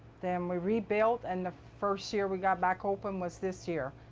then, we rebuilt and the first year we got back open was this year.